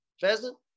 pheasant